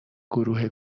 گروه